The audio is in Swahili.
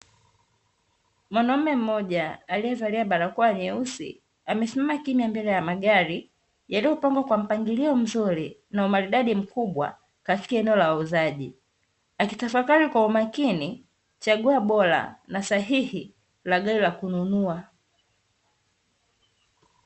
Mwanaume mmoja aliyevalia barakoa nyeusi, amesimama kimya mbele ya magari, yaliyopangwa kwa mpangilio mzuri na umaridadi mkubwa katika eneo la wauzaji. Akitafakari kwa umakini chaguo bora na sahihi la gari la kununua.